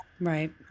Right